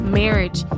marriage